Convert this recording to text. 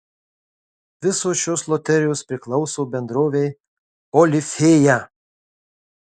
visos šios loterijos priklauso bendrovei olifėja